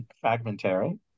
fragmentary